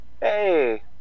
Hey